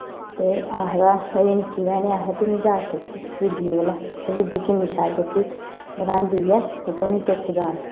ते आखदा मेरी निक्की भैन गी आखदा तूं बी जाच सिक्ख दीदियै कोला दिक्खेआं दीदी किन्नी शैल रुट्टी बनांदी ऐ ते तूं बी सिक्ख जाच